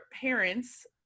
parents